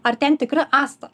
ar ten tikra asta